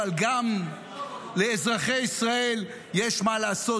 אבל גם לאזרחי ישראל יש מה לעשות,